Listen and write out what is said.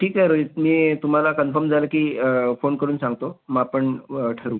ठीक आहे रोहित मी तुम्हाला कन्फर्म झालं की फोन करून सांगतो मग आपण ठरवू